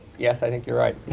yes, i think you're right. it